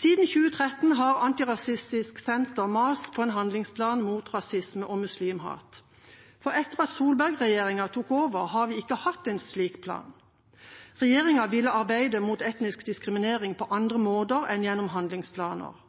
Siden 2013 har Antirasistisk Senter mast om en handlingsplan mot rasisme og muslimhat. For etter at Solberg-regjeringen tok over, har vi ikke hatt en slik plan. Regjeringa ville arbeide mot etnisk diskriminering på andre måter enn gjennom handlingsplaner.